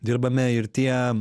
dirbame ir tie